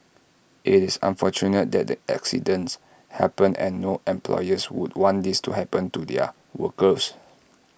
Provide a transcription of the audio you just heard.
IT is unfortunate that the accidents happened and no employer would want these to happen to their workers